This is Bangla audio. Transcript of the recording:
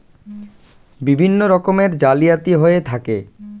বিভিন্ন রকমের জালিয়াতি হয়ে থাকে